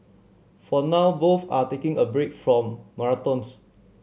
for now both are taking a break from marathons